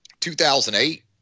2008